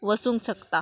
वसूंक शकता